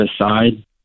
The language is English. aside